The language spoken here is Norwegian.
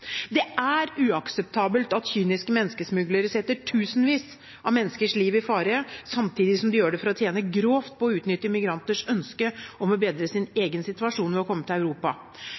Det er uakseptabelt at kyniske menneskesmuglere setter tusenvis av menneskers liv i fare, samtidig som de gjør det for å tjene grovt på å utnytte migranters ønske om å bedre sin egen situasjon ved å komme til Europa.